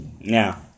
now